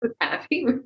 happy